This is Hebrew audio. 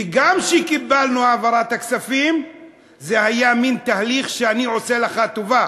וגם כשקיבלנו העברת הכספים זה היה מין תהליך שאני עושה לך טובה,